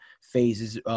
phases